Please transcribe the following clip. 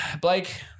Blake